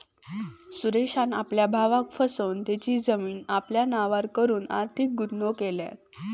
सुरेशान आपल्या भावाक फसवन तेची जमीन आपल्या नावार करून आर्थिक गुन्हो केल्यान